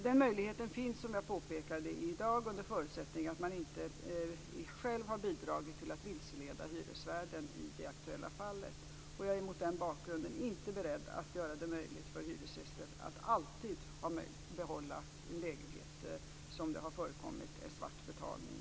Den möjligheten finns i dag, under förutsättning att hyresgästen inte själv har bidragit till att vilseleda hyresvärden i det aktuella fallet. Jag är mot den bakgrunden inte beredd att göra det möjligt för hyresgäster att alltid behålla lägenheter som det har förekommit svart betalning för.